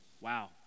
Wow